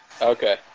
okay